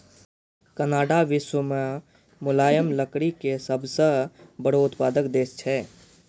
Canada विश्व मॅ मुलायम लकड़ी के सबसॅ बड़ो उत्पादक देश छै